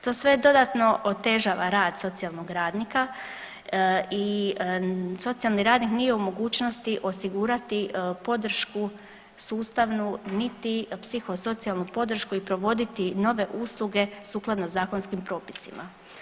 To sve dodatno otežava rad socijalnog radnika i socijalni radnik nije u mogućnosti osigurati podršku sustavnu niti psihosocijalnu podršku i provoditi nove usluge sukladno zakonskim propisima.